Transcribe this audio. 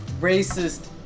racist